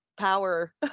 Power